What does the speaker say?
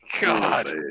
God